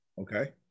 okay